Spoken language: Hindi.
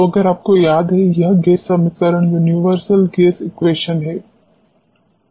तो अगर आपको याद है यह गैस समीकरण यूनिवर्सल गैस इक्वेशन है